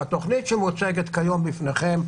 והתוכנית שמוצגת כיום בפניכם,